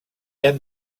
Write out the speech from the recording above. han